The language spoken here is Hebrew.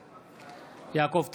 בעד יעקב טסלר,